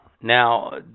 Now